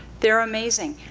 they're amazing,